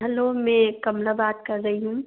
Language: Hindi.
हलो मैं कमला बात कर रही हूँ